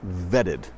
vetted